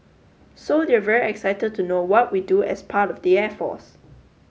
so they're very excited to know what we do as part of the air force